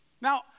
Now